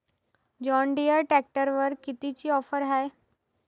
John Deere ट्रॅक्टरवर कितीची offer हाये?